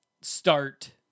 start